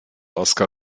oscar